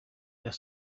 their